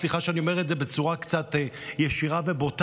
סליחה שאני אומר את זה בצורה קצת ישירה ובוטה,